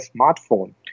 smartphone